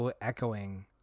echoing